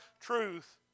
truth